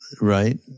right